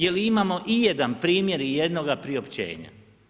Je li imamo ijedan primjer ijednoga priopćenja?